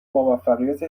موفقیت